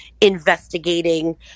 investigating